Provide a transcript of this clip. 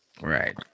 Right